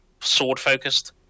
sword-focused